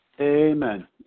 amen